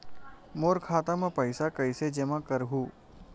मोर खाता म पईसा कइसे जमा करहु?